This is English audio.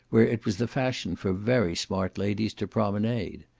where it was the fashion for very smart ladies to promenade.